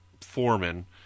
foreman